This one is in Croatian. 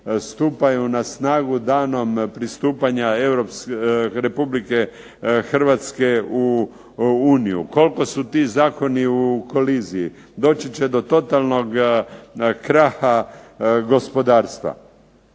na snagu danom pristupanja Republike Hrvatske u Uniju. Koliko su ti zakoni u koliziji? Doći će do totalnog kraha gospodarstva.